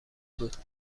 بود